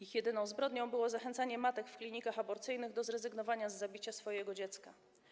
Ich jedyną zbrodnią było zachęcanie matek w klinikach aborcyjnych do zrezygnowania z zabicia swojego dziecka.